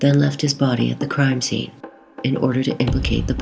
then left his body at the crime scene in order to keep the